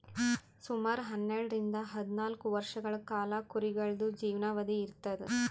ಸುಮಾರ್ ಹನ್ನೆರಡರಿಂದ್ ಹದ್ನಾಲ್ಕ್ ವರ್ಷಗಳ್ ಕಾಲಾ ಕುರಿಗಳ್ದು ಜೀವನಾವಧಿ ಇರ್ತದ್